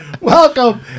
Welcome